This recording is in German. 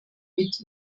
mit